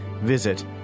Visit